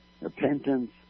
Repentance